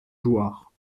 jouarre